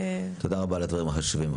תודה רבה על הדברים החשובים.